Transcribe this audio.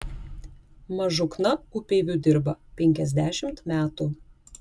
mažukna upeiviu dirba penkiasdešimt metų